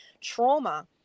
trauma